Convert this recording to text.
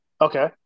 Okay